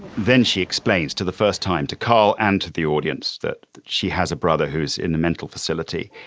then she explains to the first time to carl and to the audience that she has a brother who is in the mental facility.